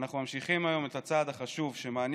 אנחנו ממשיכים היום את הצעד החשוב שמעניק